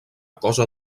cosa